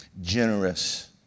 generous